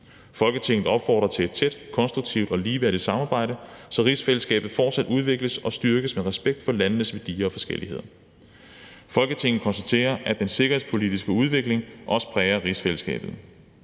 Folketinget opfordrer til et tæt, konstruktivt og ligeværdigt samarbejde, så rigsfællesskabet fortsat udvikles og styrkes med respekt for landenes værdier og forskelligheder. Folketinget konstaterer, at den sikkerhedspolitiske udvikling også præger rigsfællesskabet.